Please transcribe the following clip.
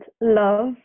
love